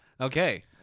Okay